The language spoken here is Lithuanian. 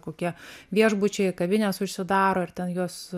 kokie viešbučiai kavinės užsidaro ir ten juos